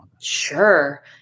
Sure